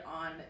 on